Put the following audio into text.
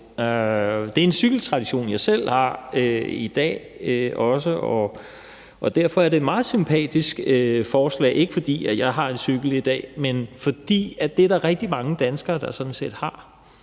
Det er en cykeltradition, jeg selv også har i dag, og derfor er det et meget sympatisk forslag – ikke fordi jeg har en cykel i dag, men fordi det er der rigtig mange danskere der sådan set har,